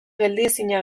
geldiezina